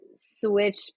switch